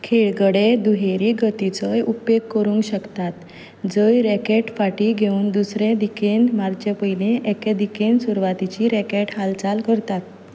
खेळगडे दुहेरी गतीचोय उपेग कोरूंग शकतात जंय रॅकॅट फाटीं घेवन दुसरें दिकेन मारचे पयलीं एके दिकेन सुरवातीची रॅकॅट हालचाल करतात